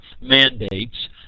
mandates